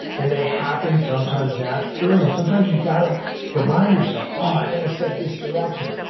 and they happen sometimes naturally, and sometimes, you've got to remind yourself, oh, i got to set this direction.